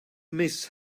miss